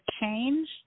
change